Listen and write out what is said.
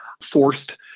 forced